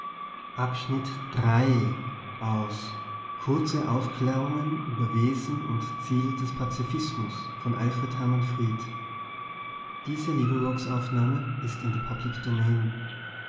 kurze aufklärungen über wesen und ziel des pazifismus von dr